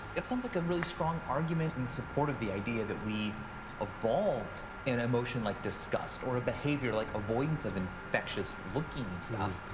it sounds like a really strong argument in support of the idea that we evolved an emotion like disgust or a behavior like avoidance of infectious-looking stuff.